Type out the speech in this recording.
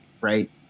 right